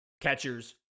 catchers